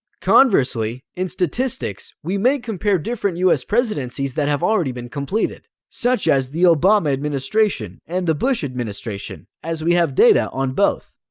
conversely, in statistics, we may compare different us presidencies that have already been completed, such as the obama administration and the bush administration, as we have data on both.